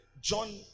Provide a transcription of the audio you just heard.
John